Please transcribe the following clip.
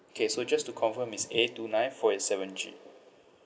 K so just to confirm is A two nine four eight seven G